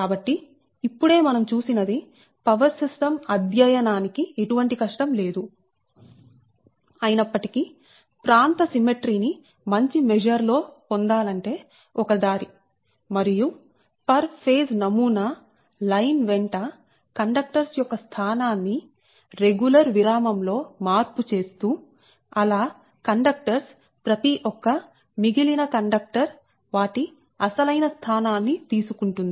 కాబట్టి ఇప్పుడే మనం చూసినది పవర్ సిస్టం అధ్యయనానికి ఎటువంటి కష్టం లేదు అయినప్పటి కీ ప్రాంత సిమెట్రీ ని మంచి మెజర్ లో పొందాలంటే ఒక దారి మరియు ఫర్ ఫేజ్ నమూనా లైన్ వెంట కండక్టర్స్ యొక్క స్థానాన్ని రెగ్యులర్ విరామం లో మార్పు చేస్తూ అలా కండక్టర్స్ ప్రతి ఒక్క మిగిలిన కండక్టర్ వాటి అసలైన స్థానాన్ని తీసుకుంటుంది